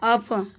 of